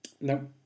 No